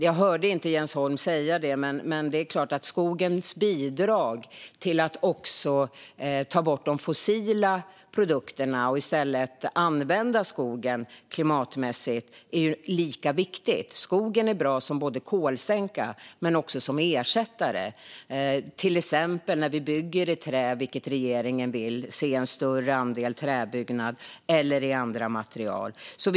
Jag hörde inte Jens Holm säga det, men det är klart att skogens båda bidrag till arbetet med att ta bort de fossila produkterna och i stället använda skogen klimatmässigt är lika viktiga. Skogen är bra både som kolsänka och som ersättare. Det gäller till exempel när vi bygger i trä, vilket regeringen vill, eller i andra material. Regeringen vill se en större andel träbyggnader.